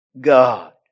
God